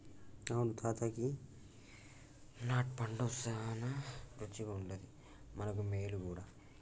అవును తాత గీ నట్ పండు సానా రుచిగుండాది మనకు మేలు గూడా